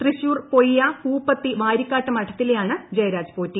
തൃശൂർ പൊയ്യ പൂപ്പത്തി വാരിക്കാട്ട് മഠത്തിലെയാണ് ് ജയരാജ് പോറ്റി